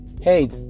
hey